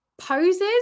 poses